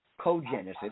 cogenesis